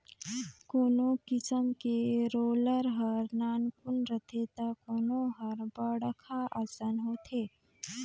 कोनो किसम के रोलर हर नानकुन रथे त कोनो हर बड़खा असन होथे